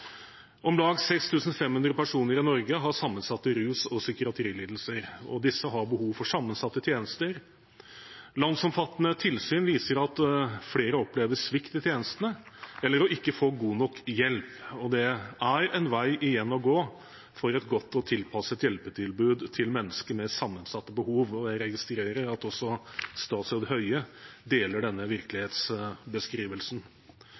Om lag 6 500 personer i Norge har sammensatte rus- og psykiatrilidelser. Disse har behov for sammensatte tjenester. Landsomfattende tilsyn viser at flere opplever svikt i tjenestene eller å ikke få god nok hjelp, og det er en vei igjen å gå for et godt og tilpasset hjelpetilbud til mennesker med sammensatte behov. Jeg registrerer at også statsråd Høie deler denne